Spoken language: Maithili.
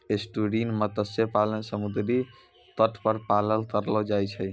एस्टुअरिन मत्स्य पालन समुद्री तट पर पालन करलो जाय छै